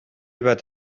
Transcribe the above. bat